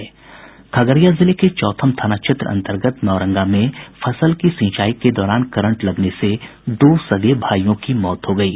खगड़िया जिले के चौथम थाना क्षेत्र अंतर्गत नौरंगा में फसल की सिंचाई के दौरान करंट लगने से दो सगे भाईयों की मौत हो गयी